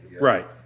Right